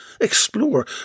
explore